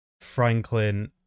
Franklin